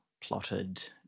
plotted